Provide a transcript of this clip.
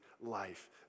life